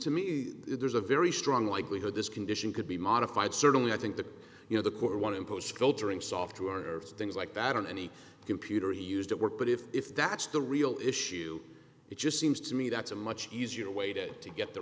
to me there's a very strong likelihood this condition could be modified certainly i think the you know the core one imposed filtering software things like that on any computer he used at work but if that's the real issue it just seems to me that's a much easier way to to get t